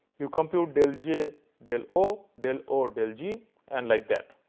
you compute del j del o, del o del g and like that.